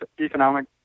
economic